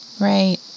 Right